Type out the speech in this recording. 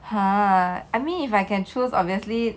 !huh! I mean if I can choose obviously